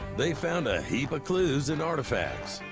they found a heap of clues and artifacts.